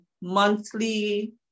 monthly